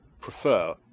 prefer